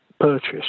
purchase